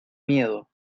miedo